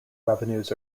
revenues